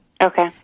Okay